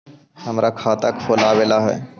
हमरा खाता खोलाबे ला है?